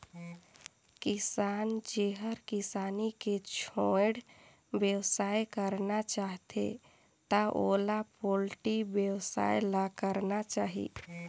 किसान जेहर किसानी के छोयड़ बेवसाय करना चाहथे त ओला पोल्टी बेवसाय ल करना चाही